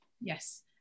yes